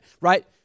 right